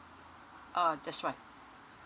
uh that's right